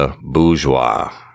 Bourgeois